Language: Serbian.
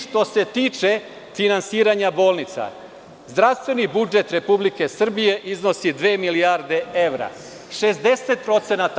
Što se tiče finansiranja bolnica, zdravstveni budžet Republike Srbije iznosi dve milijarde evra.